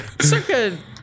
Circa